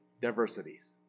diversities